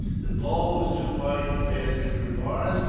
the bowl was too wide to pass through the bars,